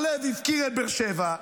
בר לב הפקיר את באר שבע,